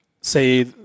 say